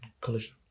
collision